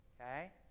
okay